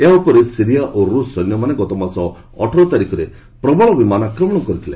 ଏହା ଉପରେ ସିରିଆ ଓ ରୁଷ ସୈନ୍ୟମାନେ ଗତମାସ ଅଠର ତାରିଖରେ ପ୍ରବଳ ଆକ୍ରମଣ କରିଥିଲେ